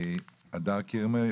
הדר קירמר,